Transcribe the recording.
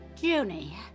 Junie